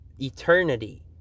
eternity